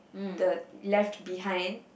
the left behind